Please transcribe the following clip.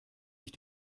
ich